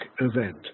event